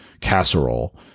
casserole